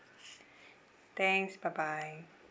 thanks bye bye